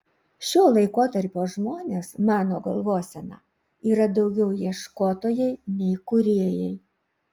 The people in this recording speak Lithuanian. šio laikotarpio žmonės mano galvosena yra daugiau ieškotojai nei kūrėjai